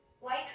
White